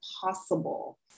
possible